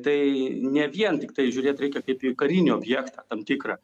tai ne vien tiktai žiūrėt reikia kaip į karinį objektą tam tikrą